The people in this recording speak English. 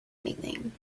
anything